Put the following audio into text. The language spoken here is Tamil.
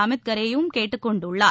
அமித்கரேவும் கேட்டுக்கொண்டுள்ளார்